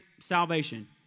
salvation